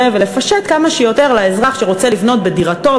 ולפשט כמה שיותר לאזרח שרוצה לבנות בדירתו,